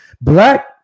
Black